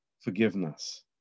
forgiveness